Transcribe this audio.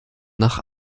nach